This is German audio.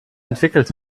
entwickelt